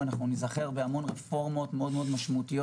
אנחנו ניזכר בהמון רפורמות מאוד משמעותיות